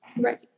Right